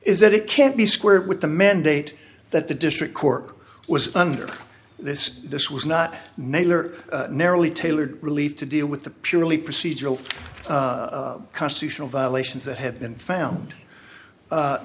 is that it can't be squared with the mandate that the district court was under this this was not miller narrowly tailored relief to deal with the purely procedural constitutional violations that have been found